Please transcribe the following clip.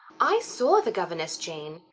i saw the governess, jane.